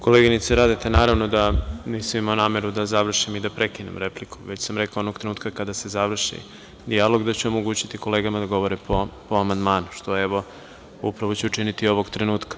Koleginice Radeta, naravno da nisam imao nameru da završim i da prekinem repliku, već sam rekao – onoga trenutka kada se završi dijalog da ću omogućiti kolegama da govore po amandmanu, što ću upravo učiniti ovoga trenutka.